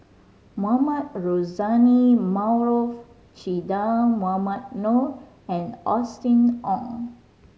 Mohamed Rozani Maarof Che Dah Mohamed Noor and Austen Ong